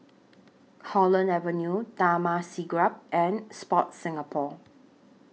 Holland Avenue Taman Siglap and Sport Singapore